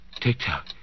tick-tock